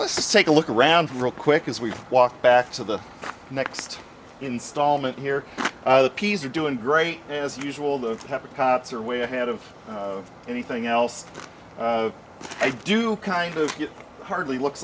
let's take a look around real quick as we walk back to the next instalment here the peas are doing great as usual the cots are way ahead of anything else they do kind of hardly looks